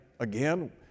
Again